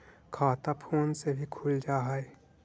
खाता फोन से भी खुल जाहै?